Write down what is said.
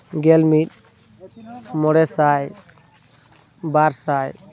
ᱜᱮᱞᱢᱤᱫ ᱢᱚᱬᱮ ᱥᱟᱭ ᱵᱟᱨᱥᱟᱭ